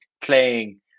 playing